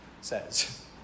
says